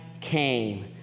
came